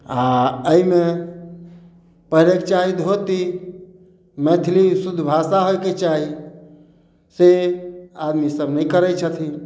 आओर अइमे पहिरक चाही धोती मैथिली शुद्ध भाषा होइके चाही से आदमी सब नहि करय छथिन